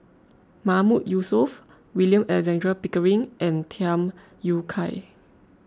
Mahmood Yusof William Alexander Pickering and Tham Yui Kai